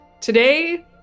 today